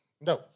No